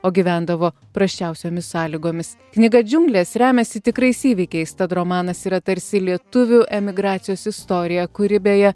o gyvendavo prasčiausiomis sąlygomis knyga džiunglės remiasi tikrais įvykiais tad romanas yra tarsi lietuvių emigracijos istorija kuri beje